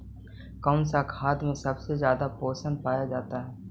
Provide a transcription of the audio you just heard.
कौन सा खाद मे सबसे ज्यादा पोषण पाया जाता है?